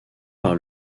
par